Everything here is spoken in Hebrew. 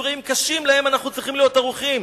אירועים קשים להם אנחנו צריכים להיות ערוכים.